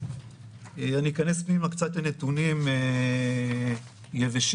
אני אכנס פנימה לנתונים יבשים,